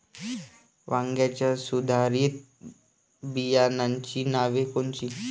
वांग्याच्या सुधारित बियाणांची नावे कोनची?